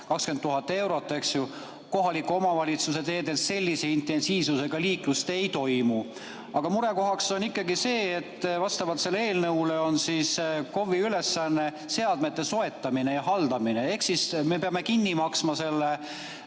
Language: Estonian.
20 000 eurot, eks ju. Kohaliku omavalitsuse teedel sellise intensiivsusega liiklust ei toimu. Aga murekohaks on ikkagi see, et vastavalt sellele eelnõule on KOV-i ülesanne seadmete soetamine ja haldamine, ehk siis me peame kinni maksma selle